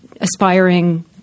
aspiring